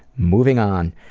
moving on.